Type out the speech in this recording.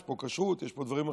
יש פה כשרות, יש פה דברים אחרים.